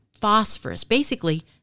phosphorus—basically